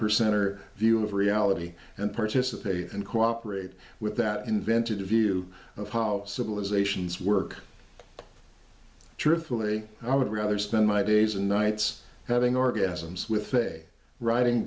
percenter view of reality and participate and cooperate with that invented a view of how civilizations work truthfully i would rather spend my days and nights having orgasms with a writing